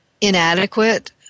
inadequate